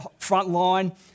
frontline